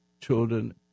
children